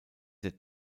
der